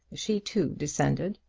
she, too, descended,